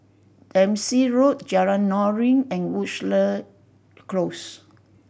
Dempsey Road Jalan Noordin and Woodleigh Close